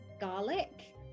garlic